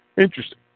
Interesting